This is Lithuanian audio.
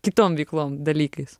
kitom veiklom dalykais